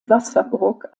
wasserburg